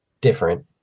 different